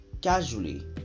Casually